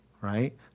right